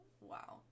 Wow